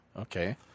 Okay